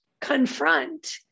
confront